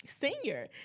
senior